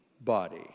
body